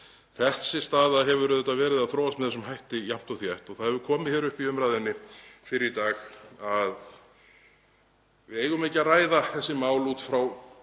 Þessi staða hefur auðvitað verið að þróast með þessum hætti jafnt og þétt. Það kom hér upp í umræðunni fyrr í dag að við ættum ekki að ræða þessi mál út frá